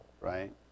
Right